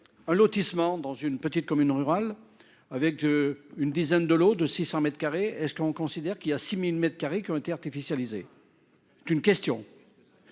un lotissement dans une petite commune rurale, avec une dizaine de lots de 600 m2, est-ce qu'on considère qu'il y a 6000 m2 qui ont été artificialisés. Tu. Une question.